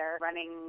running